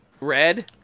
red